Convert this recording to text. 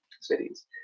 cities